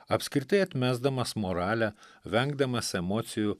apskritai atmesdamas moralę vengdamas emocijų